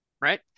right